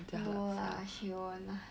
no lah she won't lah